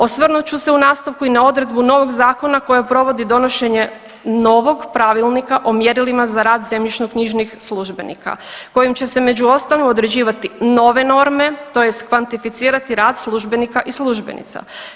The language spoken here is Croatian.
Osvrnut ću se u nastavku i na odredbu novog zakona koje provodi donošenje novog pravilnika o mjerilima za rad zemljišno-knjižnih službenika kojim će se među ostalim određivati nove norme, tj. kvantificirati rad službenika i službenica.